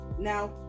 Now